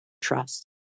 Trust